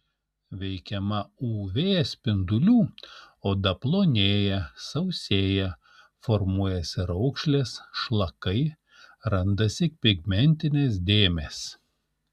veikiama uv spindulių odą plonėja sausėja formuojasi raukšlės šlakai randasi pigmentinės dėmės